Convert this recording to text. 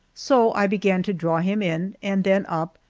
so i began to draw him in, and then up,